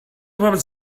вам